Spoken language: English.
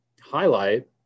highlight